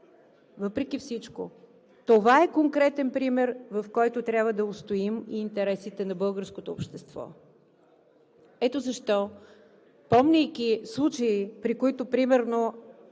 въпреки всичко. Това е конкретен пример, в който трябва да устоим и интересите на българското общество. Ето защо, помнейки случаи, примерно,